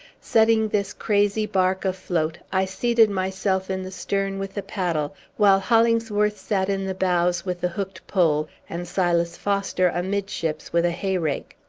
setting this crazy bark afloat, i seated myself in the stern with the paddle, while hollingsworth sat in the bows with the hooked pole, and silas foster amidships with a hay-rake.